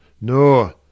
No